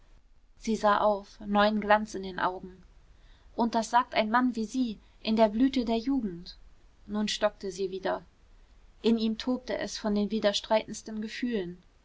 sie sah auf neuen glanz in den augen und das sagt ein mann wie sie in der blüte der jugend nun stockte sie wieder in ihm tobte es von den widerstreitendsten gefühlen